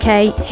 Okay